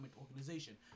Organization